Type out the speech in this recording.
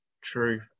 true